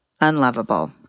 unlovable